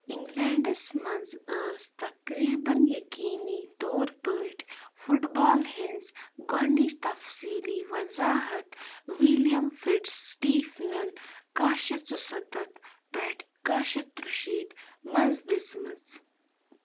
انگلینٛڈَس منٛز ٲس تقریباً یقیٖنی طور پٲٹھۍ فُٹ بال ہٕنٛز گۄڈنٕچ تَفصیٖلی وَضاحَت ولیم فِٹٕز سِٹیٖفنَن کاہ شیٚتھ ژُسَتتھ پٮ۪ٹھ کاہ شیٚتھ تُرٛشیٖتھ منٛز دِژمٕژ